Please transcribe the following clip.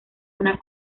una